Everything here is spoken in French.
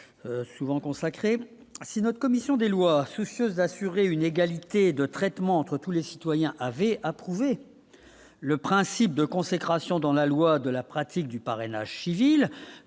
souvent consacré si notre commission des lois, soucieuse d'assurer une égalité de traitement entre tous les citoyens avaient approuvé le principe de consécration dans la loi de la pratique du parrainage civil